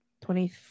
Twenty